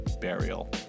burial